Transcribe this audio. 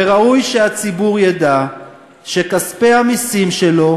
וראוי שהציבור ידע שכספי המסים שלו